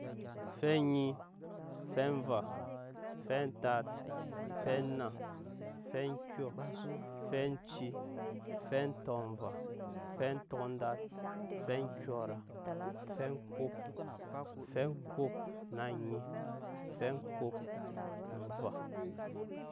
Ofɛ enyi, ofɛ enva, ofɛ entat, ofɛ enna, ofɛ kyɔ, ofɛ enci, ofɛ entɔnva, ofɛ entɔndat, ofɛ kyɔra, ofɛ okop, ofɛ kop na nyi, ofɛ kop no ova.